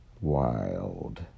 wild